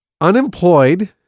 unemployed